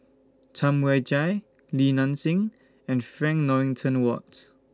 Tam Wai Jia Li Nanxing and Frank Dorrington Ward